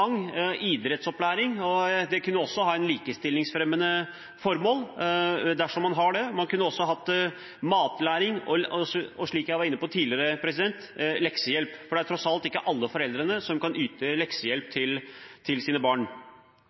idrettsopplæring, og det kan også ha et likestillingsfremmende formål. Man kunne også hatt matlaging og – som jeg var inne på tidligere – leksehjelp. Det er tross alt ikke alle foreldre som kan yte leksehjelp til sine barn.